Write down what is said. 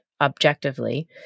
objectively